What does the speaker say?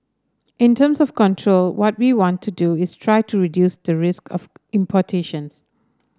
in terms of control what we want to do is try to reduce the risk of importations